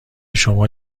شما